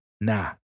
Nah